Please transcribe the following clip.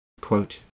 Quote